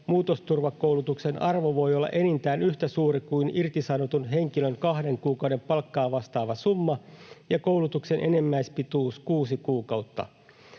muutosturvakoulutuksen arvo voi olla enintään yhtä suuri kuin irtisanotun henkilön kahden kuukauden palkkaa vastaava summa ja koulutuksen enimmäispituus kuusi kuukautta.